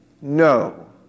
no